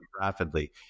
rapidly